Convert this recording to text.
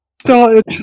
started